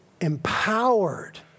empowered